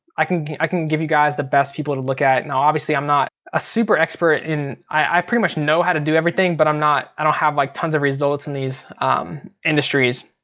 i can i can give you guys the best people to look at. now obviously i'm not a super expert in, i pretty much know how to do everything, but i'm not, i don't have like tons of results in these industries.